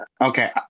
Okay